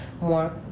more